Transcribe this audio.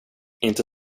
inte